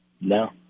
No